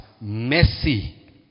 messy